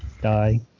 die